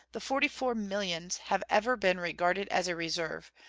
the forty-four millions have ever been regarded as a reserve,